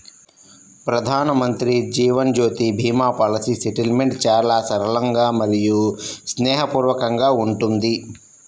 ప్రధానమంత్రి Jeevan Jyoti Bima policy settlement చాలా సరళంగా మరియు స్నేహపూర్వకంగా ఉంటుంది